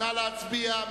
נא להצביע.